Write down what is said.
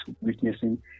witnessing